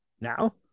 now